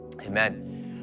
Amen